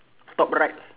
top right